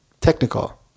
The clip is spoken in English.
technical